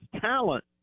talent